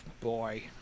boy